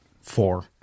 four